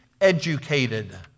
Educated